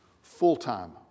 Full-time